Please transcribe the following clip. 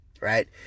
right